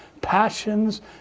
passions